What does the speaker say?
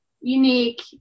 unique